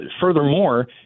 furthermore